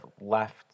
left